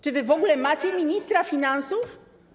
Czy wy w ogóle macie ministra finansów?